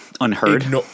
unheard